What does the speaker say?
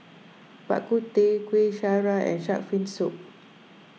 Bak Kut Teh Kuih Syara and Shark's Fin Soup